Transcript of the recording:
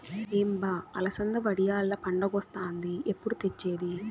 ఏం బా అలసంద వడియాల్ల పండగొస్తాంది ఎప్పుడు తెచ్చేది